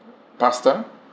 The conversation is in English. pasta